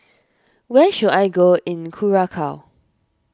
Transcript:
where should I go in Curacao